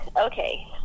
okay